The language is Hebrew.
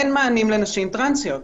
אין מענים לנשים טרנסיות.